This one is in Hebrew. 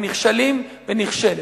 ונכשלים ונכשלת.